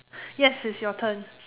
yes it's your turn